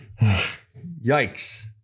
Yikes